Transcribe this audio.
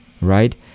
right